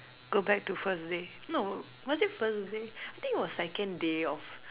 go back to first day no was it first day I think it was second day of